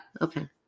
Okay